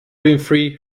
winfrey